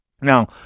Now